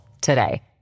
today